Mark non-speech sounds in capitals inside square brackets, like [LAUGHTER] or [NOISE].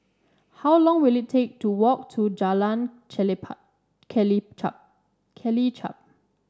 how long will it take to walk to Jalan [UNINTELLIGIBLE] [UNINTELLIGIBLE] Kelichap